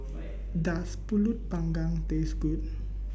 Does Pulut Panggang Taste Good